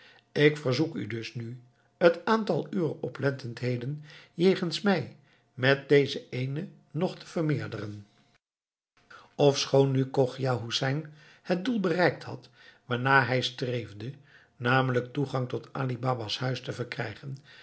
ik verzoek u dus nu t aantal uwer oplettendheden jegens mij met deze ééne nog te vermeerderen ofschoon nu chogia hoesein het doel bereikt had waarnaar hij streefde namelijk toegang tot ali baba's huis te verkrijgen